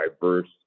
diverse